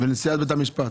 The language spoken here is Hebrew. ולנשיאת בית המשפט.